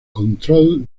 control